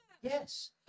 Yes